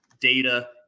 data